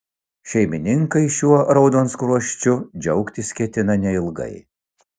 šeimininkai šiuo raudonskruosčiu džiaugtis ketina neilgai